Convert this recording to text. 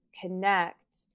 connect